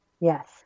Yes